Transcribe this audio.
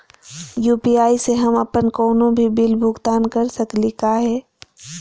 UPI स हम अप्पन कोनो भी बिल भुगतान कर सकली का हे?